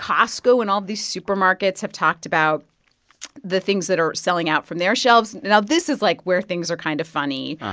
costco and all these supermarkets have talked about the things that are selling out from their shelves. now this is, like, where things are kind of funny.